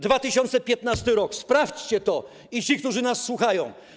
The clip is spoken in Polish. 2015 r., sprawdźcie to, ci, którzy nas słuchają.